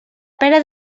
pera